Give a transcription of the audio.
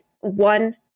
one